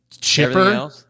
chipper